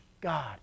God